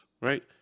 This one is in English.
right